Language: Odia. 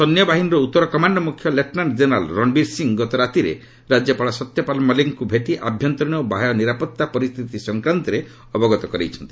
ସୈନ୍ୟବାହିନୀର ଉତ୍ତର କମାଣ୍ଡ ମୁଖ୍ୟ ଲେଫ୍ଟନାଷ୍ଟ ଜେନେରାଲ ରଣବୀର ସିଂ ଗତ ରାତିରେ ରାଜ୍ୟପାଳ ସତ୍ୟପାଲ ମଲ୍ଲିକଙ୍କୁ ଭେଟି ଆଭ୍ୟନ୍ତରୀଣ ଓ ବାହ୍ୟ ନିରାପତ୍ତା ପରିସ୍ଥିତି ସଂକ୍ରାନ୍ତରେ ଅବଗତ କରାଇଛନ୍ତି